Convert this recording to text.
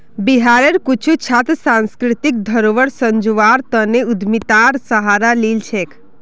बिहारेर कुछु छात्र सांस्कृतिक धरोहर संजव्वार तने उद्यमितार सहारा लिल छेक